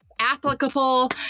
applicable